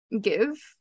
give